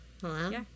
hello